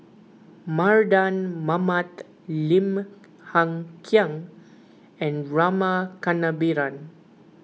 Mardan Mamat Lim Hng Kiang and Rama Kannabiran